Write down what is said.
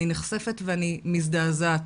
אני נחשפת ואני מזעזעת.